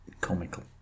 comical